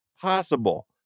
possible